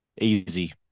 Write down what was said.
easy